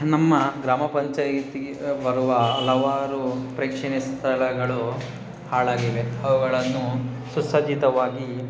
ನಮ್ಮ ಗ್ರಾಮ ಪಂಚಾಯಿತಿಗೆ ಬರುವ ಹಲವಾರು ಪ್ರೇಕ್ಷಣೀಯ ಸ್ಥಳಗಳು ಹಾಳಾಗಿವೆ ಅವುಗಳನ್ನು ಸುಸಜ್ಜಿತವಾಗಿ